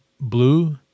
blue